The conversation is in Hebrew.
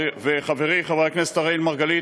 וחברי חבר הכנסת אראל מרגלית,